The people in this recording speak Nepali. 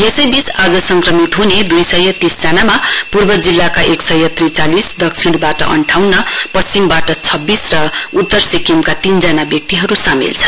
यसैबीच आज संक्रमित ह्ने दुई सय तीस जनामा पूर्व जिल्लाका एकसय त्रिचालिस दक्षिणबाट अन्ठाउन्न पश्चिमबाट छब्बीस र उतर सिक्किमका तीन जना व्यक्तिहरू सामेल छन्